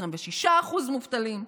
26% מובטלים.